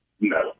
No